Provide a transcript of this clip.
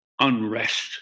unrest